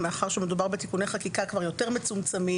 כי מדובר בתיקוני חקיקה יותר מצומצמים.